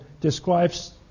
describes